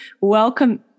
welcome